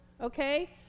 Okay